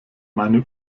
meine